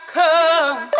come